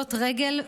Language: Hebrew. ומלכודות רגל,